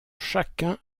chacun